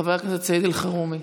חבר הכנסת סעיד אלחרומי.